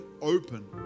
open